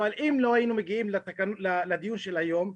אבל אם לא היינו מגיעים לדיון של היום,